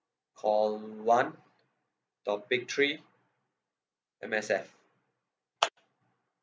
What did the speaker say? call one topic three M_S_F